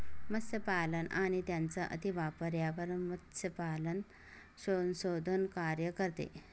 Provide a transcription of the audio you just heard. मत्स्यपालन आणि त्यांचा अतिवापर यावर मत्स्यपालन संशोधन कार्य करते